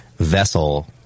vessel